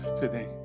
today